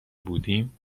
بودیم